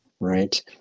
right